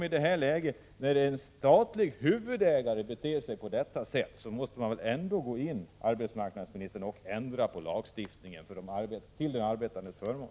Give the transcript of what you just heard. I ett läge där en statlig huvudägare beter sig på detta sätt måste man, arbetsmarknadsministern, gå in och ändra på lagstiftningen till de arbetandes förmån.